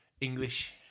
English